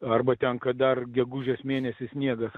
arba ten kad dar gegužės mėnesį sniegas